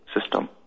system